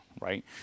right